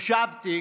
חשבתי